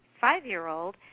five-year-old